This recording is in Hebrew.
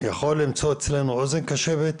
יכול למצוא אצלנו אוזן קשבת,